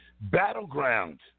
Battleground